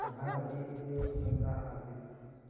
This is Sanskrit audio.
प्रभावती अतीवस्वतन्त्रा आसीत्